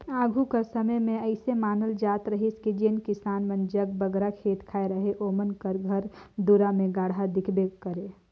आघु कर समे मे अइसे मानल जात रहिस कि जेन किसान मन जग बगरा खेत खाएर अहे ओमन घर कर दुरा मे गाड़ा दिखबे करे